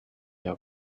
your